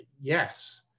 yes